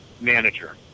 manager